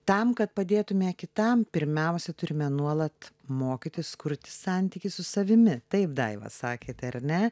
tam kad padėtumėme kitam pirmiausia turime nuolat mokytis kurti santykį su savimi taip daiva sakė tai ar ne